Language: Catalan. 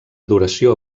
duració